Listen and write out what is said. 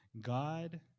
God